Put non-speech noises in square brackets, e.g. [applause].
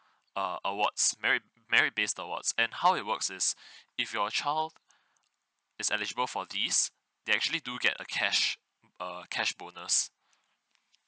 uh awards merit merit based awards and how it works is [breath] if your child is eligible for this they actually do get a cash a cash bonus